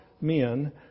men